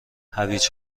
هویج